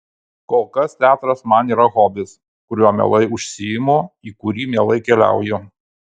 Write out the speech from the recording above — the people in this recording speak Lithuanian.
kol kas teatras man yra hobis kuriuo mielai užsiimu į kurį mielai keliauju